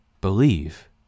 Believe